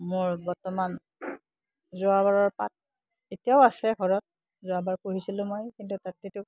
মোৰ বৰ্তমান যোৱাবাৰৰ পাট এতিয়াও আছে ঘৰত যোৱাবাৰ পুহিছিলোঁ মই কিন্তু তাত যিটো